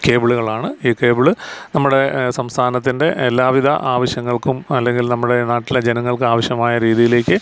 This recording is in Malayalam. കേബിളുകളാണ് ഈ കേബിള് നമ്മുടെ സംസ്ഥാനത്തിൻ്റെ എല്ലാവിധ ആവശ്യങ്ങൾക്കും അല്ലെങ്കിൽ നമ്മുടെ നാട്ടിലെ ജനങ്ങൾക്കും ആവിശ്യമായ രീതിയിലേക്ക്